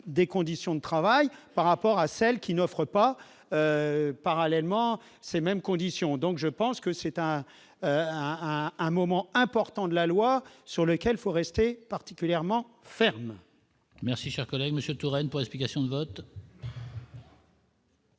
des conditions de travail par rapport à celles qui n'offrent pas parallèlement ces mêmes conditions, donc je pense que c'est un un, un moment important de la loi sur lequel faut rester particulièrement ferme. Merci, cher collègue Monsieur Touraine pour explication de vote.